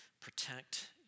protect